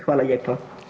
Hvala lijepo.